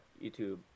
YouTube